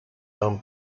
own